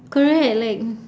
correct like